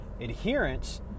adherence